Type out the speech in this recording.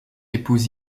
épouse